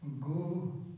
go